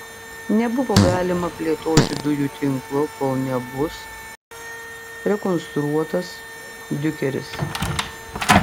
nebuvo galima plėtoti dujų tinklo kol nebus rekonstruotas diukeris